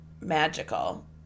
magical